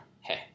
Hey